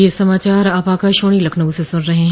ब्रे क यह समाचार आप आकाशवाणी लखनऊ से सुन रहे हैं